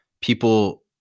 people